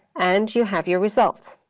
and you have your results.